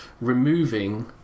removing